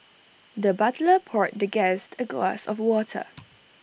the butler poured the guest A glass of water